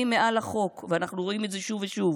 ומורמים מעל החוק, ואנחנו רואים את זה שוב ושוב.